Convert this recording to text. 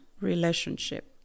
relationship